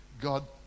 God